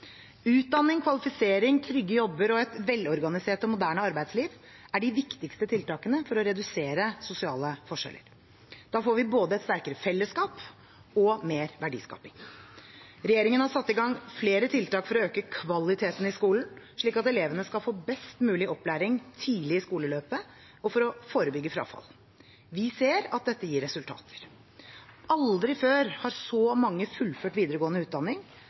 Utdanning, kvalifisering, trygge jobber og et velorganisert og moderne arbeidsliv er de viktigste tiltakene for å redusere sosiale forskjeller. Da får vi både et sterkere fellesskap og mer verdiskapning. Regjeringen har satt i gang flere tiltak for å øke kvaliteten i skolen, slik at elevene skal få best mulig opplæring tidlig i skoleløpet, og for å forebygge frafall. Vi ser at dette gir resultater. Aldri før har så mange fullført videregående utdanning,